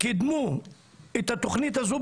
קידמו את התכנית הזו,